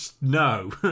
No